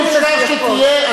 אי-אפשר שתהיה,